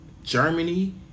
Germany